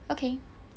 okay